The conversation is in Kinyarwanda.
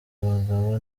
abagabo